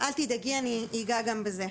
אל תדאגי, אני אגע גם בזה.